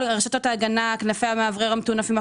כנפי המאוורר מטונפים".